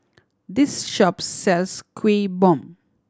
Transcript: this shop sells Kuih Bom